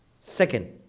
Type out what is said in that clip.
second